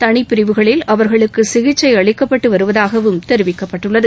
தனிப்பிரிவுகளில் அவர்களுக்கு சிகிச்சை அளிக்கப்பட்டு வருவதாகவும் தெரிவிக்கப்பட்டுள்ளது